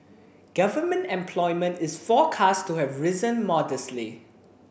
government employment is forecast to have risen modestly